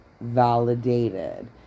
validated